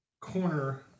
corner